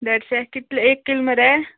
देडशें कितले एक कील मरे